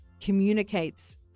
communicates